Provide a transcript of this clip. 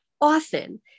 often